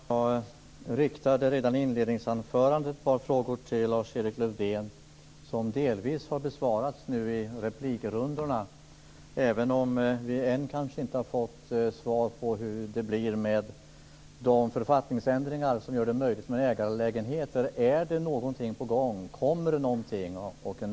Fru talman! Jag riktade redan i inledningsanförandet ett par frågor till Lars-Erik Lövdén, vilka delvis har besvarats i replikrundorna, men jag har ännu inte har fått något svar på hur det blir med författningsändringar som gör ägarlägenheter möjliga. Är det någonting på gång, och när kommer det?